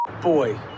boy